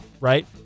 right